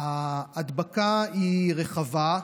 ההדבקה היא רחבה,